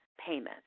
payment